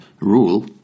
rule